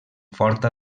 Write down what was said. forta